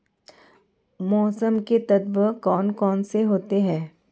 मौसम के तत्व कौन कौन से होते हैं?